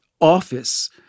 office